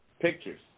Pictures